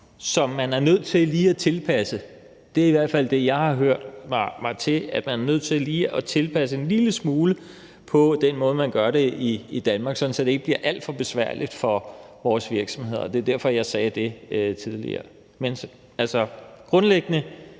som man er nødt til lige at tilpasse. Det er i hvert fald det, jeg har hørt, altså at man er nødt til lige at tilpasse det en lille smule i forhold til den måde, man gør det på i Danmark, sådan at det ikke bliver alt for besværligt for vores virksomheder. Og det var derfor, jeg sagde det tidligere. Men grundlæggende